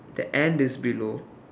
the and is below